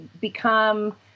become